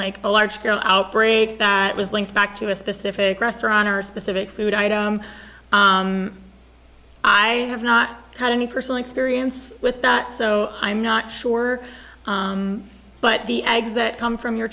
like a large scale outbreak that was linked back to a specific restaurant or a specific food i have not had any personal experience with that so i'm not sure but the eggs that come from your